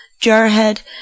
Jarhead